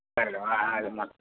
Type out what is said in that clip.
సరేలే మాకు